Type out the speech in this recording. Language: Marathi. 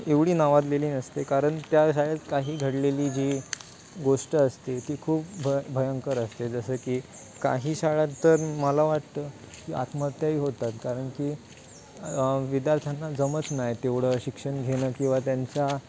एवढी नावाजलेली नसते कारण त्या शाळेत काही घडलेली जी गोष्ट असते ती खूप भ भयंकर असते जसं की काही शाळा तर मला वाटतं की आत्महत्याही होतात कारण की विद्यार्थ्यांना जमत नाही तेवढं शिक्षण घेणं किंवा त्यांच्या